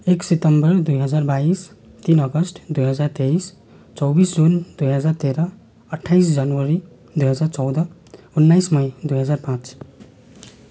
एक सितम्बर दुई हजार बाइस तिन अगस्त दुई हजार तेइस चौबिस जुन दुई हजार तेह्र अट्ठाइस जनवरी दुई हजार चौध उन्नाइस मई दुई हजार पाँच